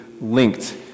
linked